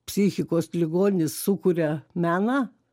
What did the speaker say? psichikos ligonis sukuria meną